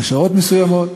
בשעות מסוימות.